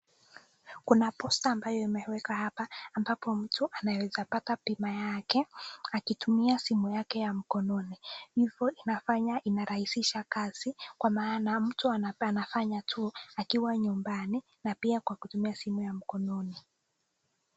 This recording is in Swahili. Kuna posta ambayo imewekwa hapa ambapo mtu anaweza pata pima yake akitumia simu yake ya mkononi. Hivyo inafanya inarahisisha kazi kwa maana mtu anafanya tu akiwa nyumbani na pia kwa kutumia simu ya mkononi.